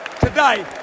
today